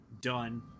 done